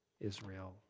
Israel